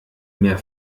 mehr